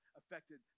affected